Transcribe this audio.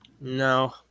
No